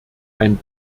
ein